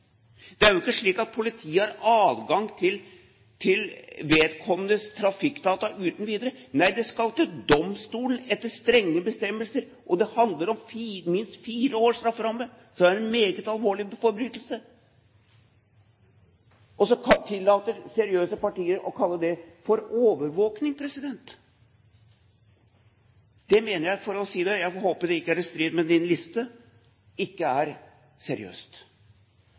Det er jo ikke slik at politiet har adgang til vedkommendes trafikkdata uten videre. Nei, det skal til domstolen etter strenge bestemmelser, og det skal handle om minst fire års strafferamme, så det må være en meget alvorlig forbrytelse. Så tillater seriøse partier seg å kalle det for overvåkning. Det mener jeg – for å ha sagt det, jeg håper det ikke er i strid med din liste, president – ikke er seriøst,